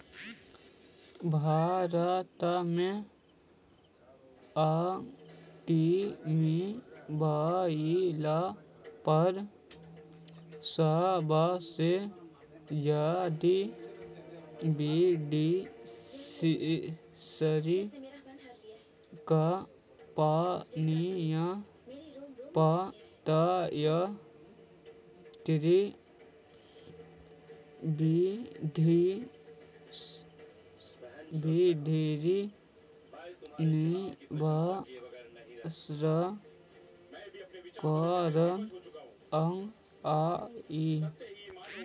भारत में ऑटोमोबाईल पर सबसे जादा विदेशी कंपनियां प्रत्यक्ष विदेशी निवेश करअ हई